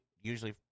usually